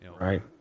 Right